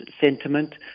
sentiment